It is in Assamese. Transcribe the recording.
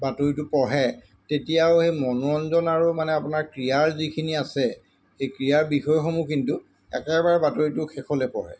বাতৰিটো পঢ়ে তেতিয়া আৰু সেই মনোৰঞ্জন আৰু মানে আপোনাৰ ক্ৰীড়াৰ যিখিনি আছে সেই ক্ৰীড়াৰ বিষয়সমূহ কিন্তু একেবাৰে বাতৰিটো শেষলৈ পঢ়ে